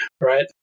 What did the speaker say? right